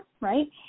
right